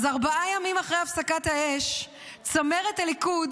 ארבעה ימים אחרי הפסקת האש בצמרת הליכוד